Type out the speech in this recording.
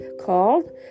called